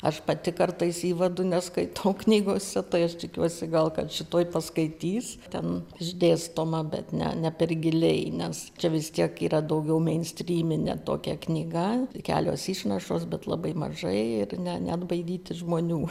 aš pati kartais įvadu neskaitau knygose tai aš tikiuosi gal kad šitoj paskaitys ten išdėstoma bet ne per giliai nes čia vis tiek yra daugiau meinstryminė tokia knyga kelios išnašos bet labai mažai ir ne neatbaidyti žmonių